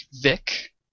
Vic